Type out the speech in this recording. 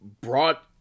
brought